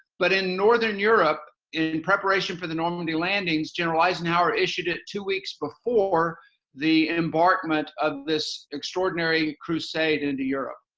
but in northern europe in preparation for the normandy landings, general eisenhower issued it two weeks before the embarkment of this extraordinary crusade into europe.